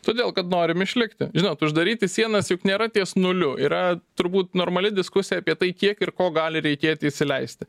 todėl kad norim išlikti žinot uždaryti sienas juk nėra ties nuliu yra turbūt normali diskusija apie tai kiek ir ko gali reikėti įsileisti